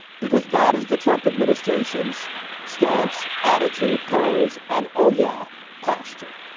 because that is the trump administration's stance, attitude, pose and. oh, yeah, posture